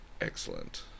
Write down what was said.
Excellent